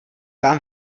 vám